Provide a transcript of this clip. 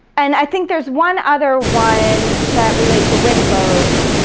and i think there's one other one that relates to winslow's